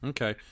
Okay